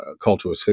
cultural